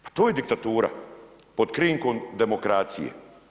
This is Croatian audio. Pa to je diktatura pod krinkom demokracije.